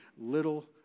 little